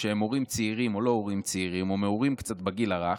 שהם הורים צעירים או לא הורים צעירים או מעורים קצת בגיל הרך,